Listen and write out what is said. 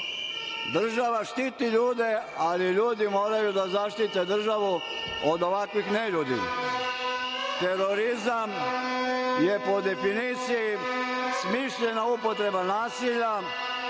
Država štiti ljude, ali ljudi moraju da zaštite državu od ovakvih neljudi. Terorizam je, po definiciji, smišljena upotreba nasilja,